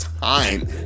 time